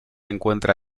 encuentra